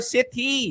City